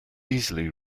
easily